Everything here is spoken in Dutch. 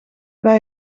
bij